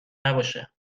نباشه